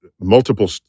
multiple